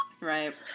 Right